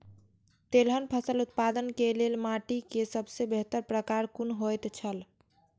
तेलहन फसल उत्पादन के लेल माटी के सबसे बेहतर प्रकार कुन होएत छल?